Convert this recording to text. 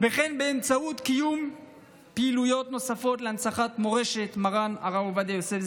וכן באמצעות קיום פעילויות נוספות להנצחת מורשת מרן הרב עובדיה יוסף,